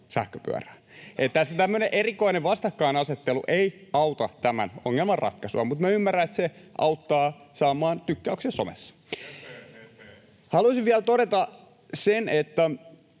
sähköpyörään. Eli tässä tämmöinen erikoinen vastakkainasettelu ei auta tämän ongelman ratkaisussa, mutta minä ymmärrän, että se auttaa saamaan tykkäyksiä somessa. [Sebastian Tynkkynen: Höpö